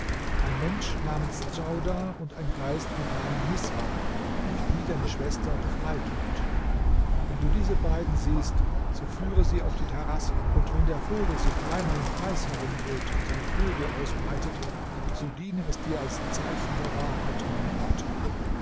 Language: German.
ein mensch namens djaudar und ein geist mit namen misram durch die deine schwester befreit wird wenn du diese beiden siehst so führe sie auf die terrasse und wenn der vogel sich dreimal im kreis herumdreht und seine flügel ausbreitet so diene es dir als zeichen der wahrheit meiner worte